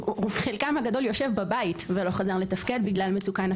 חלקם הגדול יושב בבית ולא חזר לתפקד בגלל מצוקה נפשית.